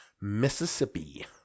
Mississippi